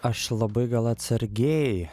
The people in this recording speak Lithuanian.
aš labai gal atsargiai